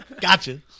Gotcha